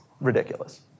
ridiculous